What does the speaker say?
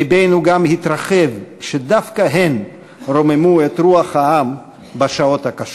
לבנו גם התרחב כשדווקא הן רוממו את רוח העם בשעות הקשות.